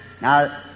Now